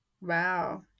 Wow